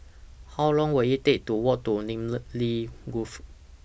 How Long Will IT Take to Walk to Namly Grove